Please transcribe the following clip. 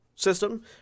System